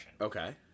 okay